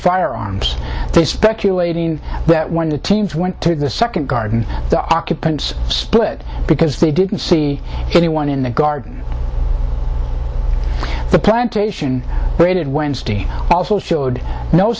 fire arms they speculating that when the teams went to the second garden the occupants split because they didn't see anyone in the garden the plantation raided wednesday also showed no